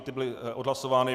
Ty byly odhlasovány.